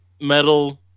metal